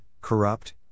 corrupt